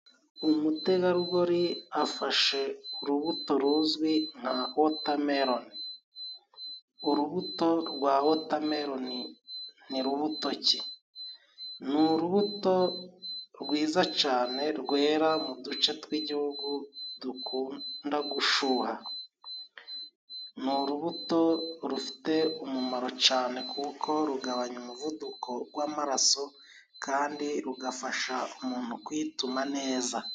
Umutegarugori afashe urubuto ruzwi nka wotameroni, urubuto rwa wotameroni ni rubuto ki? ni urubuto rwiza cyane rwera mu duce tw'igihugu dushyuha, ni urubuto rufite umumaro cyane, kuko rugabanya umuvuduko w'amaraso, kandi rugafasha umuntu kwituma neza.